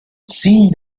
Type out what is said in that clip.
seeing